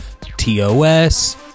TOS